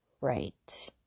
right